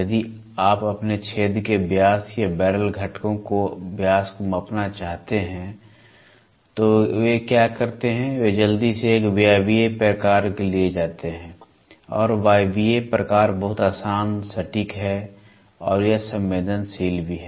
यदि आप अपने छेद के व्यास या बैरल घटकों के व्यास को मापना चाहते हैं तो वे क्या करते हैं वे जल्दी से एक वायवीय प्रकार के लिए जाते हैं और वायवीय प्रकार बहुत आसान सटीक है और यह संवेदनशील भी है